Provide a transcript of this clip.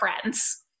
friends